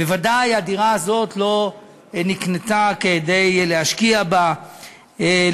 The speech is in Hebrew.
בוודאי הדירה הזאת לא נקנתה כדי להשקיע בה,